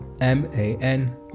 M-A-N